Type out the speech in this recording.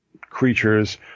creatures